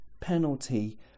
penalty